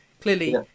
Clearly